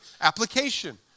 application